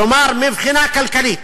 כלומר, מבחינה כלכלית,